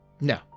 No